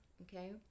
okay